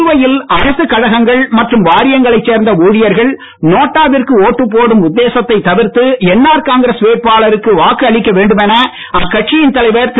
புதுவையில் அரசுக் கழகங்கள் மற்றும் வாரியங்களைச் சேர்ந்த ஊழியர்கள் நோட்டா விற்கு ஓட்டு போடும் உத்தேசத்தைத் தவிர்த்து என்ஆர் காங்கிரஸ் வேட்பாளருக்கு வாக்கு அளிக்க வேண்டுமென அக்கட்சியின் தலைவர் திரு